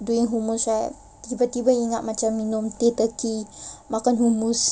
doing hummus right tiba-tiba ingat macam minum teh turki makan hummus